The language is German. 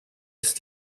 ist